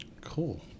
cool